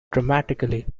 dramatically